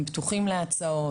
הם פתוחים להצעות,